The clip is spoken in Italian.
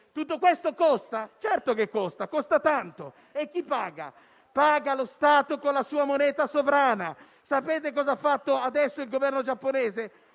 Tutto questo costa? Certo che costa, e tanto. Ma chi paga? Lo Stato, con la sua moneta sovrana. Sapete cos'ha fatto adesso il Governo giapponese?